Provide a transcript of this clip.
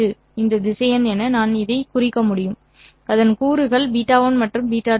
இந்த திசையன் என நான் இதைக் குறிக்க முடியும் அதன் கூறுகள் β1 மற்றும் β2 ஆகும்